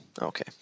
Okay